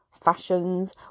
Fashions